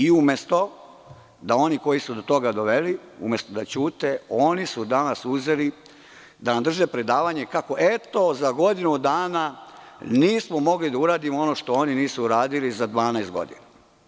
Umesto da oni koji su do toga doveli da ćute, oni su danas uzeli da nam drže predavanje kako za godinu dana nismo mogli da uradimo ono što oni nisu uradili za 12 godina.